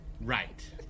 Right